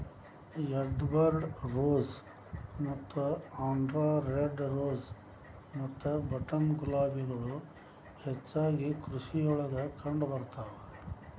Edward rose ಮತ್ತ ಆಂಡ್ರಾ red rose ಮತ್ತ ಬಟನ್ ಗುಲಾಬಿಗಳು ಹೆಚ್ಚಾಗಿ ಕೃಷಿಯೊಳಗ ಕಂಡಬರ್ತಾವ